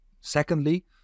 secondly